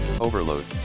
Overload